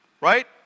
right